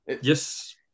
Yes